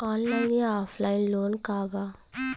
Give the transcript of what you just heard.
Online या offline loan का बा?